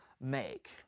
make